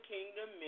Kingdom